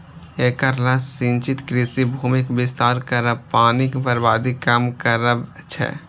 एकर लक्ष्य सिंचित कृषि भूमिक विस्तार करब, पानिक बर्बादी कम करब छै